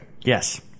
Yes